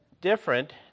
different